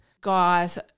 guys